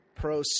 pro